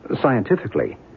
scientifically